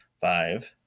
five